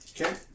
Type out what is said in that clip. Okay